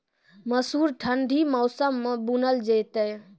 मसूर ठंडी मौसम मे बूनल जेतै?